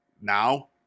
now